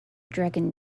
dragon